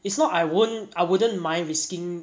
it's not I won't I wouldn't mind risking